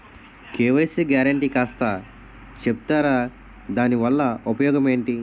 KYC guarantee కాస్త చెప్తారాదాని వల్ల ఉపయోగం ఎంటి?